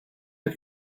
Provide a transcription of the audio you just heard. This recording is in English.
but